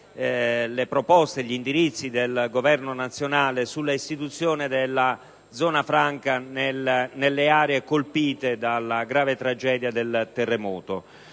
alle proposte e agli indirizzi del Governo nazionale sull'istituzione della zona franca nelle aree colpite dalla grave tragedia del terremoto.